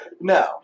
No